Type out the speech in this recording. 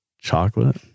Chocolate